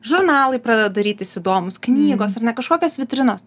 žurnalai pradeda darytis įdomūs knygos ar ne kažkokios vitrinos